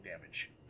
damage